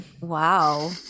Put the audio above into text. wow